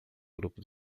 grupo